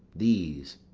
these,